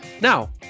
Now